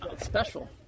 Special